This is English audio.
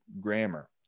grammar